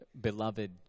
beloved